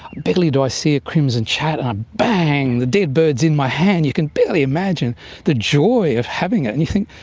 barely do i see a crimson chat and, um bang, the dead bird's in my hand, you can barely imagine the joy of having it. and you think,